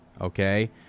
Okay